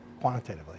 quantitatively